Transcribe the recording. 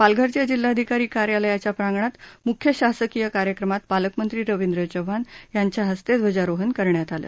पालघर च्या जिल्हाधिकारी कार्यालयाच्या प्रांगणात मुख्य शासकीय कार्यक्रमात पालकमंत्री रवींद्र चव्हाण यांच्या हस्ते ध्वजारोहण करण्यात आलं